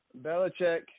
Belichick